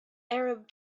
arab